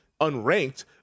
unranked